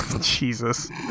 Jesus